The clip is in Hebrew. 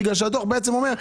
כי הדוח אומר: